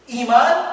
iman